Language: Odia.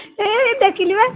ଏ ଦେଖିଲି ବା